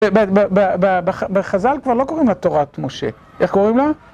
בחז"ל כבר לא קוראים לה תורת משה, איך קוראים לה?